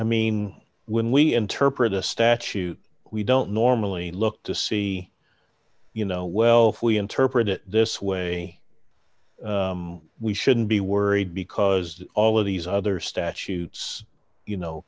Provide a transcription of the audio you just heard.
i mean when we interpret a statute we don't normally look to see you know well for we interpret it this way we shouldn't be worried because all of these other statutes you know